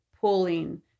pulling